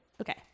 okay